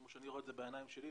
כמו שאני רואה את זה בעיניים שלי,